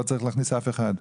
לא צריך להכניס אף אחד.